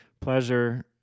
Pleasure